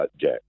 Jack